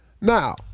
Now